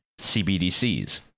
CBDCs